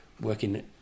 working